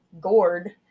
gourd